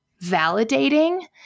validating